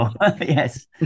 yes